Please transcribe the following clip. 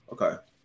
Okay